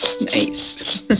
Nice